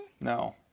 No